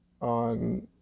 on